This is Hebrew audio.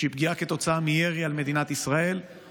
שהיא פגיעה כתוצאה מירי על מדינת ישראל,